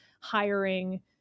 hiring